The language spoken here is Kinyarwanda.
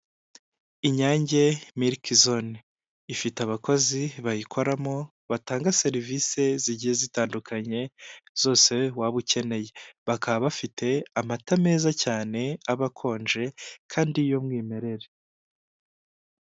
Inyange miliki zone, ifite abakozi bayikoramo batanga serivisi zigiye zitandukanye zose waba ukeneye. Bakaba bafite amata meza cyane aba akonje, kandi y'umwimerere.